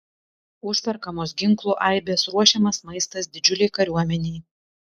užperkamos ginklų aibės ruošiamas maistas didžiulei kariuomenei